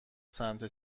سمت